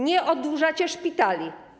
Nie oddłużacie szpitali.